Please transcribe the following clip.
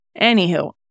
Anywho